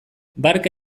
barka